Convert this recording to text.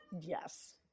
yes